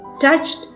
touched